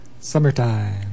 Summertime